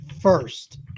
first